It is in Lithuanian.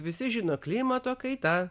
visi žino klimato kaita